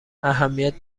اهمیت